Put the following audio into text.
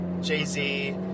Jay-Z